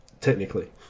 technically